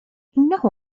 إنه